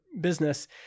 business